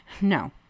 no